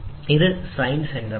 ഇത് sign centre ആണ്